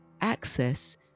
access